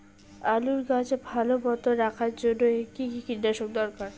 আলুর গাছ ভালো মতো রাখার জন্য কী কী কীটনাশক দরকার?